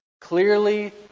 Clearly